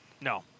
No